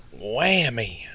Whammy